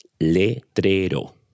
Letrero